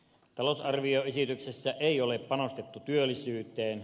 talousarvioesityksessä ei ole panostettu työllisyyteen